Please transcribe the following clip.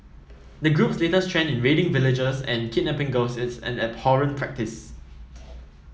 the group's latest trend in raiding villages and kidnapping girls is an abhorrent practice